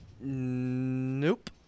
Nope